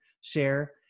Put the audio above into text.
share